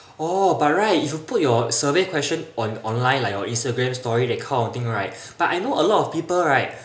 oh by right you put your survey questions on online like your instagram story that kind of thing right but I know a lot of people right